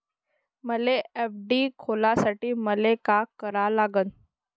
मले एफ.डी खोलासाठी मले का करा लागन?